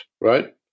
right